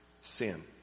sin